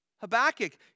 Habakkuk